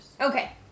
Okay